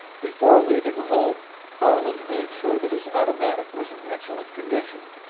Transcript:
before leaving home, farland made sure that his automatic was in excellent condition,